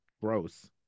gross